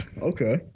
okay